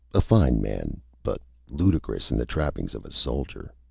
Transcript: a fine man, but ludicrous in the trappings of a soldier.